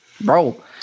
bro